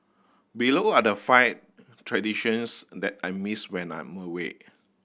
below are the five traditions that I miss when I'm away